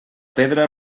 pedra